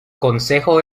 concejo